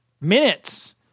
minutes